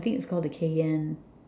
I think it's called the Cayenne